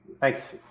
Thanks